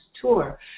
Tour